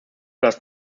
das